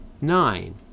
Nine